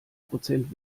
prozent